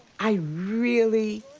i really,